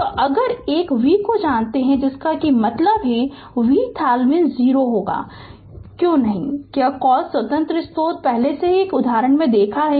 तो अगर एक V को जानते हैं जिसका मतलब है वीथेवेनिन 0 होगा क्योंकि नहीं क्या कॉल स्वतंत्र स्रोत पहले भी है एक उदाहरण देखा है